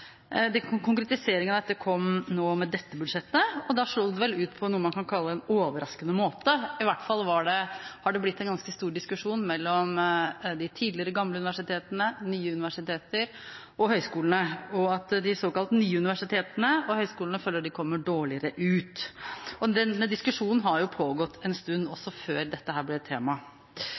i incentivsystemet. Konkretiseringen av det kom nå, med dette budsjettet, og da slo det ut på noe man vel kan kalle en overraskende måte. I hvert fall har det blitt en ganske stor diskusjon mellom de tidligere, gamle universitetene, de nye universitetene og høyskolene, hvor de såkalt nye universitetene og høyskolene føler de kommer dårligere ut. Den diskusjon har pågått en stund, også før dette ble